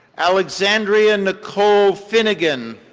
alexandria nicole finnegan.